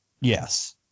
yes